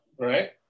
Right